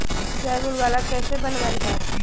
जैव उर्वरक कैसे वनवय हैय?